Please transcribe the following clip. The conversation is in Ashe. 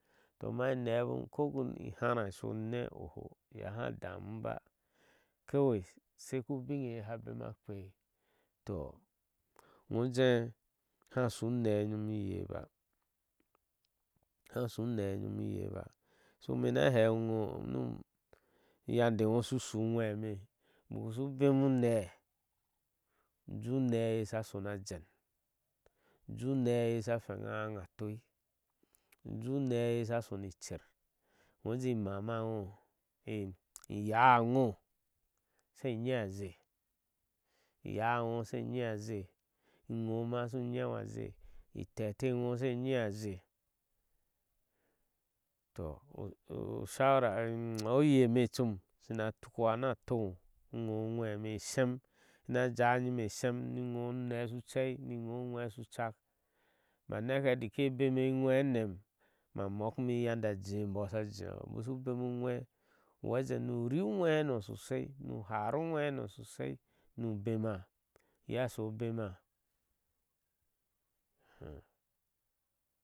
Toh ma enee bom koki iharaá isho mi néé ohɔɔ iye aha damu ba kawa sai ku biŋe ye asha. bema a kpei, to ŋo ujeh asahu use. nyom iyeno báá hashu unee nyom ne baa so ime ina hehi ŋ, yande eŋo ushu uŋwe eme, ubaku shu beni unee. ji unee ye sha shona jeen, ujii unee eye asha shona a haŋa tsi uji unee eye a sha shoni icer gojii mama ŋo iyáá ŋo shs nyese inŋma shu nyeze itiŋ se nyeze toh ushwara eme nyom, oye eme nyom na tukuwa na atoŋo ugo ugweme ishem ina jawi nyime ishem iŋo unee shu dei ni ŋ o uŋwe sho ouk ma neke dei bena eŋwe inom, ubaku shu bemo uŋwe uwejen nu rii ujwe hano sho sha nu ha raá ujwɛ nano shosha nu bena iye asho obema.